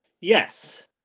Yes